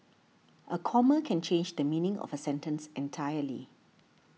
a comma can change the meaning of a sentence entirely